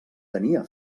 tenia